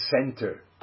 center